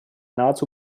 nahezu